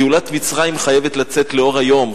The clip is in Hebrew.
גאולת מצרים חייבת לצאת לאור היום,